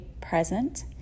present